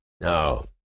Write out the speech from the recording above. No